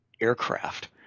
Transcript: aircraft